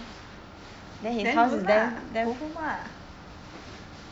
oh ya true then then don't lah go home lah